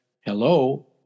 Hello